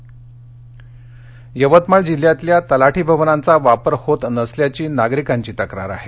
यवतमाळ यवतमाळ जिल्ह्यातल्या तलाठी भवनांचा वापर होत नसल्याची नागरिकांची तक्रार आहे